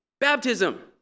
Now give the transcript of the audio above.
baptism